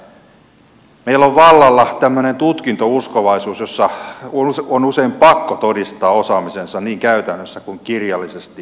meillä on vallalla tämmöinen tutkintouskovaisuus jossa on usein pakko todistaa osaamisensa niin käytännössä kuin kirjallisesti